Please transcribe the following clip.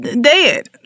dead